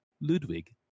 Ludwig